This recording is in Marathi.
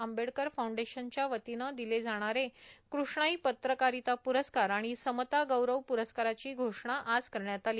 आंबेडकर फाऊंडेशनच्या वतीनं दिले जाणारे कृष्णाई पत्रकारिता प्रस्कार आणि समतागौरव प्रस्काराची घोषणा आज करण्यात आली